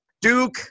Duke